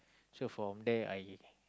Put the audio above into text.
so from there I